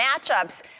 matchups